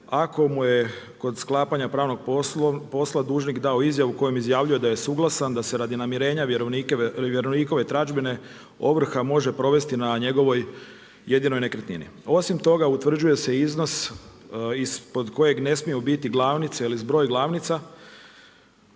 ako mu je kod sklapanja pravnog posla, dužnik dao izjavu u kojom izjavljuje da je suglasan, da se radi namjerenja vjerovnikove tražbine ovrha može provesti na njegovoj jedinoj nekretnini. Osim toga, utvrđuje se i iznos ispod koje ne smiju biti glavnice, ili zbroj glavnica.